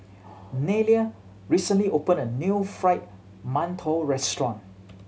Nelia recently opened a new Fried Mantou restaurant